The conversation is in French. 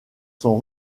sont